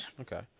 Okay